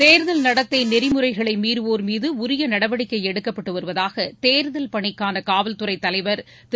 தேர்தல் நடத்தை நெறிமுறைகளை மீறவோர் மீது உரிய நடவடிக்கை எடுக்கப்பட்டு வருவதாக தேர்தல் பணிக்கான காவல்துறை தலைவர் திரு